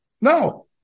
No